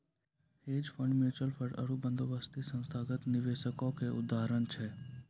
hedge fund, mutual fund आरु बंदोबस्ती संस्थागत निवेशको के उदाहरण छै